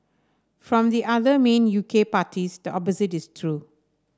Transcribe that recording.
from the other main U K parties the opposite is true